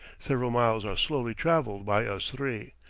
several miles are slowly travelled by us three,